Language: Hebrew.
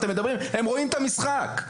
הם רואים את המשחק.